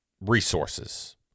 resources